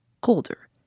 colder